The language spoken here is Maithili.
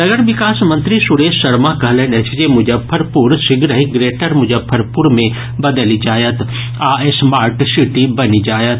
नगर विकास मंत्री सुरेश शर्मा कहलनि अछि जे मुजफ्फरपुर शीघ्रहि ग्रेटर मुजफ्फरपुर मे बदलि जायत आ स्मार्ट सिटी बनि जायत